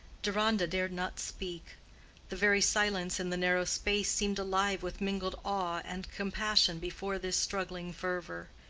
deronda dared not speak the very silence in the narrow space seemed alive with mingled awe and compassion before this struggling fervor.